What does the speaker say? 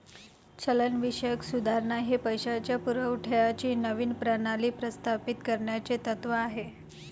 चलनविषयक सुधारणा हे पैशाच्या पुरवठ्याची नवीन प्रणाली प्रस्तावित करण्याचे तत्त्व आहे